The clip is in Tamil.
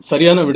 சரியான விடை